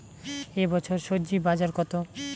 এ বছর স্বজি বাজার কত?